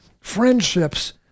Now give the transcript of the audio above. friendships